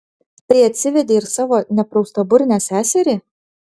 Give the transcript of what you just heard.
tai atsivedei ir savo nepraustaburnę seserį